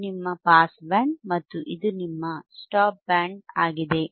ಇದು ನಿಮ್ಮ pass band ಮತ್ತು ಇದು ನಿಮ್ಮ ಸ್ಟಾಪ್ ಬ್ಯಾಂಡ್ ಆಗಿದೆ